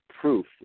proof